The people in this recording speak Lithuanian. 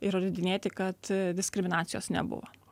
ir įrodinėti kad diskriminacijos nebuvo